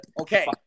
okay